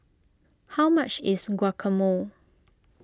how much is Guacamole